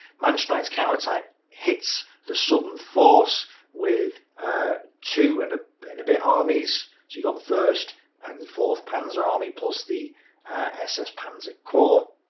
manstein's counter-attack hits the southern force with two and ah and a bit armies. so you've got the first and the fourth panzer army plus the ss panzer corps.